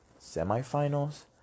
semifinals